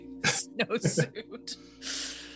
snowsuit